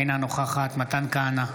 אינה נוכחת מתן כהנא,